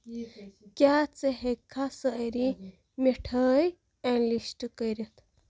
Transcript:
کیٛاہ ژٕ ہیٚکِکھا سٲری مِٹھٲے اینلِسٹ کٔرِتھ